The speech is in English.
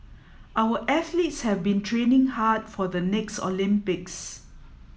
our athletes have been training hard for the next Olympics